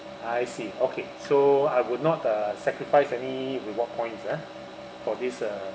I see okay so I would not uh sacrifice any reward points ah for this uh